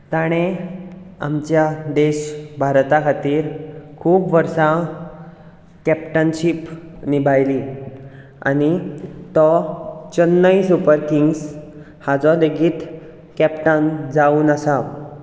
ताणें आमच्या देश भारता खातीर खूब वर्सां कॅप्टनशीप निभयली आनी तो चेन्नई सुपर किंग्स हाचो लेगीत कॅप्टन जावन आसा